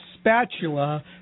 spatula